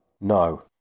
No